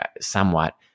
somewhat